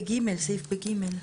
ב-(ג).